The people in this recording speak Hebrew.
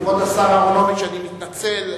כבוד השר אהרונוביץ, אני מתנצל.